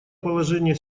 положение